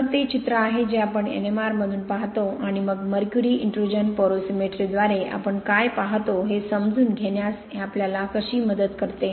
तर ते चित्र आहे जे आपण N M R मधून पाहतो आणि मग मर्क्युरी इन्ट्रुजन पोरोसिमेट्रीद्वारे आपण काय पाहतो हे समजून घेण्यास हे आपल्याला कशी मदत करते